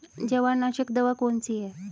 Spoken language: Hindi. जवारनाशक दवा कौन सी है?